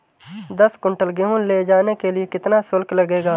दस कुंटल गेहूँ ले जाने के लिए कितना शुल्क लगेगा?